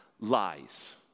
lies